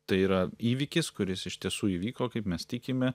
tai yra įvykis kuris iš tiesų įvyko kaip mes tikime